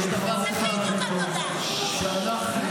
אבל אני אגיד לך מה כן, חבר הכנסת סגלוביץ'.